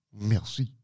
Merci